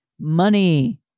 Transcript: money